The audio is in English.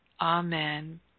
Amen